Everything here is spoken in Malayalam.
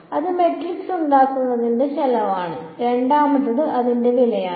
അതിനാൽ അത് മാട്രിക്സ് ഉണ്ടാക്കുന്നതിനുള്ള ചെലവാണ് രണ്ടാമത്തേത് അതിന്റെ വിലയാണ്